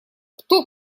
кто